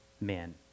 men